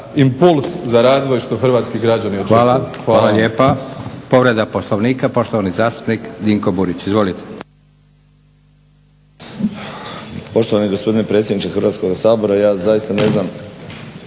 impuls za razvoj što hrvatski građani očekuju. Hvala. **Leko, Josip (SDP)** Hvala lijepa. Povreda Poslovnika, poštovani zastupnik Dinko Burić. Izvolite. **Burić, Dinko (HDSSB)** Poštovani gospodine predsjedniče Hrvatskog sabora, ja zaista ne znam,